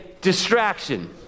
distraction